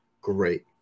great